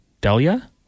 Delia